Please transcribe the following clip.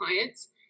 clients